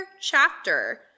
chapter